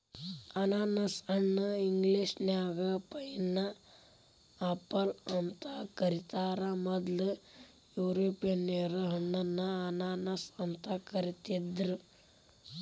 ಅನಾನಸ ಹಣ್ಣ ಇಂಗ್ಲೇಷನ್ಯಾಗ ಪೈನ್ಆಪಲ್ ಅಂತ ಕರೇತಾರ, ಮೊದ್ಲ ಯುರೋಪಿಯನ್ನರ ಈ ಹಣ್ಣನ್ನ ಅನಾನಸ್ ಅಂತ ಕರಿದಿದ್ರು